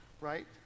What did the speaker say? right